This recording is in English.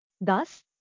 Thus